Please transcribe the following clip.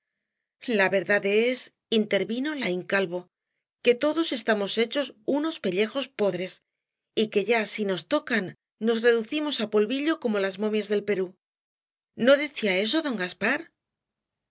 la verdad es intervino laín calvo que todos estamos hechos unos pellejos podres y que ya si nos tocan nos reducimos á polvillo como las momias del perú no decía eso don gaspar